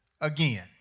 again